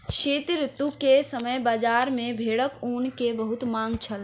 शीत ऋतू के समय बजार में भेड़क ऊन के बहुत मांग छल